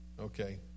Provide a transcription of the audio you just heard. okay